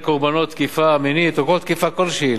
קורבנות תקיפה מינית או קורבנות תקיפה כלשהי,